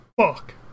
fuck